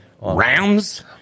Rams